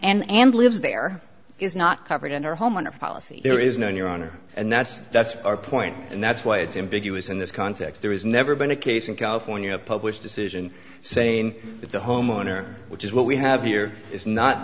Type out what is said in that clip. and and lives there is not covered in her homeowner policy there is no your honor and that's that's our point and that's why it's in big us in this context there has never been a case in california published decision saying that the homeowner which is what we have here is not